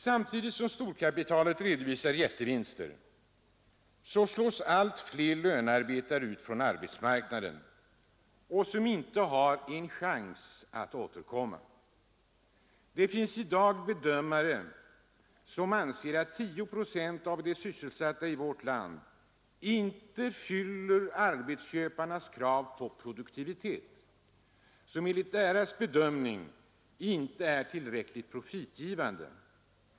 Samtidigt som storkapitalet redovisar jättevinster slås allt fler lönarbetare ut från arbetsmarknaden och har inte en chans att återkomma. Det finns i dag bedömare som anser att 10 procent av de sysselsatta i vårt land inte fyller arbetsköparnas krav på produktivitet och därmed enligt deras bedömning inte är tillräckligt profitgivande.